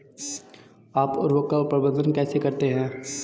आप उर्वरक का प्रबंधन कैसे करते हैं?